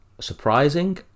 surprising